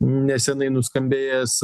neseniai nuskambėjęs